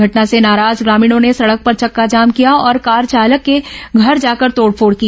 घटना से नाराज ग्रामीणों ने सड़क पर चक्काजाम किया और कार चालक के घर जाकर तोड़फोड़ की